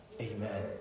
Amen